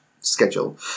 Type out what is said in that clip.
schedule